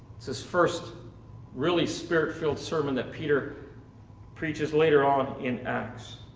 this is first really spirit filled sermon that peter preaches later on in acts.